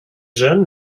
jeune